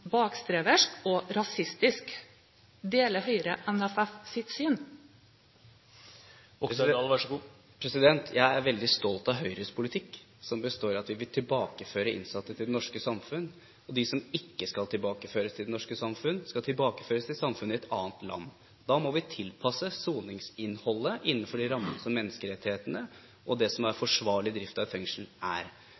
og «rasistisk». Deler Høyre NFFs syn? Jeg er veldig stolt av Høyres politikk, som består av at vi vil tilbakeføre innsatte til det norske samfunn, og de som ikke skal tilbakeføres til det norske samfunn, skal tilbakeføres til samfunnet i et annet land. Da må vi tilpasse soningsinnholdet innenfor de rammer som menneskerettighetene krever, og det som er